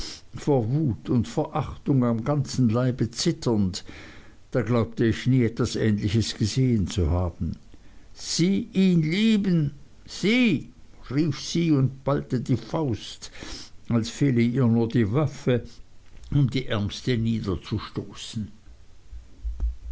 vor wut und verachtung am ganzen leibe zitternd da glaubte ich nie etwas ähnliches gesehen zu haben sie ihn lieben sie rief sie und ballte die faust als fehle ihr nur die waffe um die ärmste